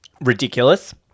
Ridiculous